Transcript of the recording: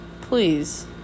please